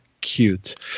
Cute